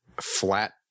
flat